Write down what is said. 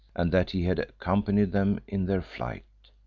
and that he had accompanied them in their flight.